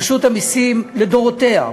רשות המסים לדורותיה,